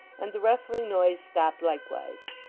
and the rustling noise stopped likewise.